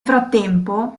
frattempo